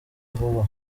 vuba